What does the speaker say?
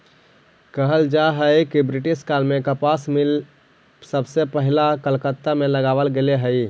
कहल जा हई कि ब्रिटिश काल में कपास मिल सबसे पहिला कलकत्ता में लगावल गेले हलई